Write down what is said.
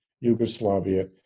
Yugoslavia